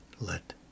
let